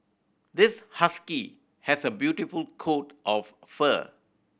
this husky has a beautiful coat of fur